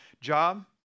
job